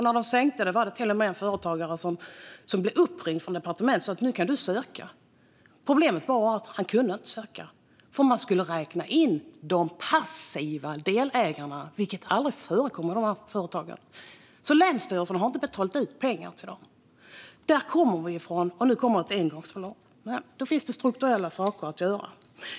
När det sänktes var det till och med en företagare som blev uppringd av ett departement som sa att nu kunde han söka. Problemet var bara att han inte kunde det därför att man skulle räkna in de passiva delägarna, som aldrig förekommer i dessa företag, och länsstyrelsen har alltså inte betalat ut pengarna. Därifrån kommer vi, och nu kommer ett engångsbelopp. Då finns det strukturella saker att göra.